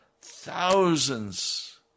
thousands